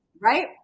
Right